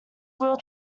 will